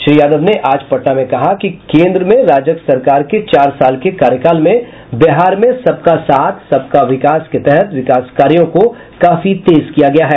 श्री यादव ने आज पटना में कहा कि केन्द्र में राजग सरकार के चार साल के कार्यकाल में बिहार में सबका साथ सबका विकास के तहत विकास कायों को काफी तेज किया गया है